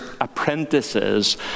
apprentices